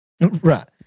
Right